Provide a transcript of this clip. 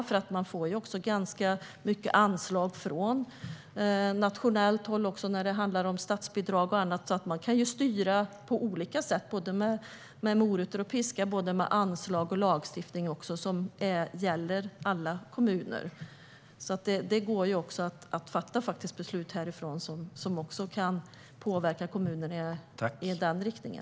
Kommunerna får ju ganska mycket anslag nationellt, statsbidrag och annat, så att man kan styra på olika sätt, med både morötter och piska, både med anslag och med lagstiftning som omfattar alla kommuner. Det går att fatta beslut härifrån som påverkar kommunerna i den riktningen.